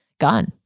gone